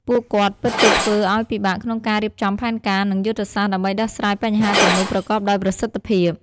ពួកគាត់ពិតជាធ្វើឱ្យពិបាកក្នុងការរៀបចំផែនការ និងយុទ្ធសាស្ត្រដើម្បីដោះស្រាយបញ្ហាទាំងនោះប្រកបដោយប្រសិទ្ធភាព។